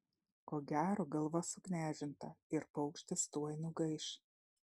ko gero galva suknežinta ir paukštis tuoj nugaiš